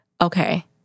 Okay